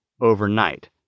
overnight